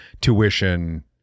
tuition